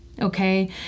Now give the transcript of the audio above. okay